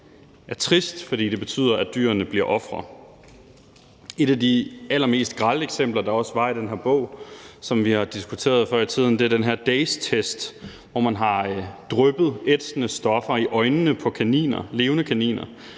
Det er trist, fordi det betyder, at dyrene bliver ofre. Et af de allermest grelle eksempler, der også er nævnt i den her bog, og som vi har diskuteret før i tiden, er den her Draizetest, hvor man har dryppet ætsende stoffer i øjnene på levende kaniner